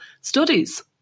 studies